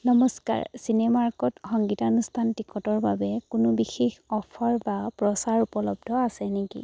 নমস্কাৰ Cinemark সংগীতানুষ্ঠান টিকটৰ বাবে কোনো বিশেষ অফাৰ বা প্ৰচাৰ উপলব্ধ আছে নেকি